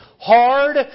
hard